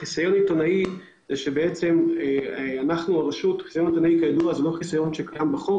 חיסיון עיתונאי זה לא חיסיון שקיים בחוק,